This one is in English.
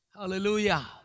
Hallelujah